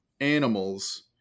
animals